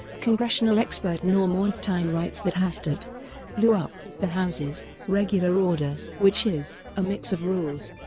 congressional expert norm ornstein writes that hastert blew up the house's regular order, which is a mix of rules